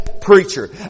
preacher